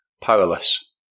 Powerless